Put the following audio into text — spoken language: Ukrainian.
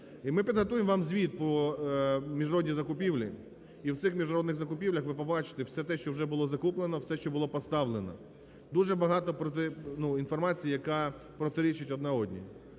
ми підготуємо вам звіт по міжнародній закупівлі, і в цих міжнародних закупівлях ви побачите все те, що вже було закуплено, все, що було поставлено. Дуже багато інформації, яка протирічить одна одній.